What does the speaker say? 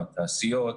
התעשיות.